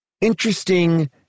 interesting